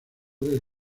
del